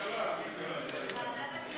כלכלה.